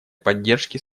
поддержке